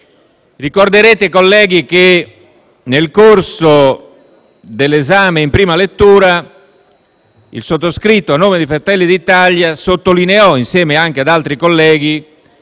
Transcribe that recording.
Ricorderete, colleghi, che nel corso dell'esame in prima lettura il sottoscritto, a nome del Gruppo Fratelli d'Italia, sottolineò, insieme ad altri colleghi,